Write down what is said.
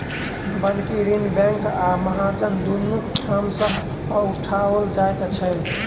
बन्हकी ऋण बैंक आ महाजन दुनू ठाम सॅ उठाओल जाइत छै